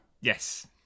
Yes